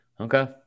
Okay